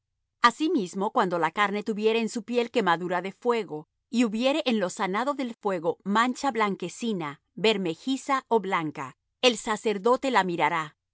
limpio asimismo cuando la carne tuviere en su piel quemadura de fuego y hubiere en lo sanado del fuego mancha blanquecina bermejiza ó blanca el sacerdote la mirará